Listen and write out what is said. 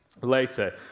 later